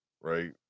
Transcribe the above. right